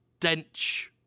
Dench